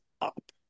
up